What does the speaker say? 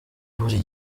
buri